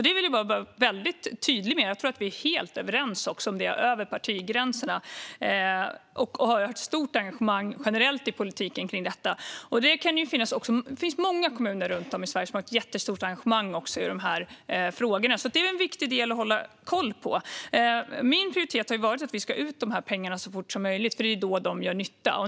Det vill jag vara väldigt tydlig med, och jag tror att vi är helt överens om detta över partigränserna. Det finns generellt ett stort engagemang i politiken för detta. Det finns också många kommuner runt om i Sverige som har ett jättestort engagemang i de här frågorna, så det är viktigt att hålla koll på detta. Min prioritet har varit att få ut de här pengarna så fort som möjligt, för det är då de gör nytta.